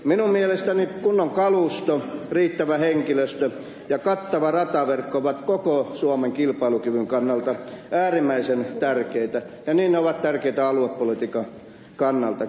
minun mielestäni kunnon kalusto riittävä henkilöstö ja kattava rataverkko ovat koko suomen kilpailukyvyn kannalta äärimmäisen tärkeitä ja niin ne ovat tärkeitä aluepolitiikan kannaltakin